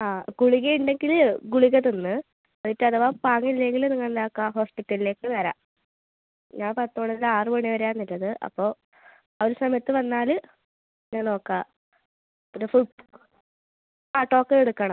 ആ ഗുളിക ഉണ്ടെങ്കിൽ ഗുളിക തിന്ന് എന്നിട്ട് അഥവാ പാങ്ങില്ലെങ്കിൽ നിങ്ങൾ എന്താക്കുക ഹോസ്പിറ്റലിലേക്ക് വരിക ഞാൻ പത്ത് മണി മുതൽ ആറ് മണി വരെയാണ് ഉള്ളത് അപ്പോൾ ആ ഒരു സമയത്ത് വന്നാൽ ഞാൻ നോക്കാം പിന്നെ ആ ടോക്കൺ എടുക്കണം